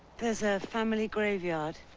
there's a family graveyard.